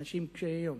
אנשים קשי-יום.